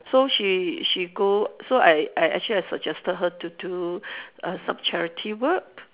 so she she go so I I actually I suggested her to do uh some charity work